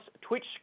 Twitch